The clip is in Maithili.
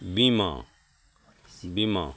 बीमा बीमा